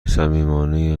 صمیمانه